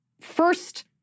first